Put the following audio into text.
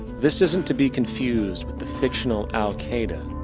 this isn't to be confused with the fictional al qaida,